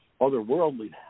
otherworldly